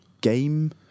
Game